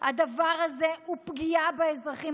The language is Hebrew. הדבר הזה הוא פגיעה באזרחים.